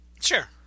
Sure